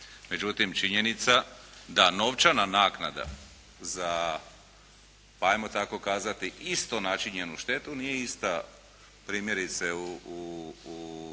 Međutim činjenica da novčana naknada za, hajmo tako kazati isto načinjenu štetu nije ista primjerice u